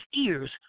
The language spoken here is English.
ears